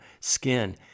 skin